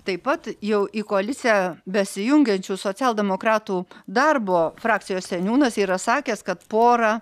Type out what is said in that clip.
taip pat jau į koaliciją besijungiančių socialdemokratų darbo frakcijos seniūnas yra sakęs kad pora